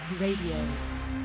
Radio